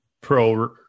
pro